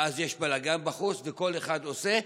ואז יש בלגן בחוץ, וכל אחד עושה.